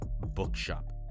Bookshop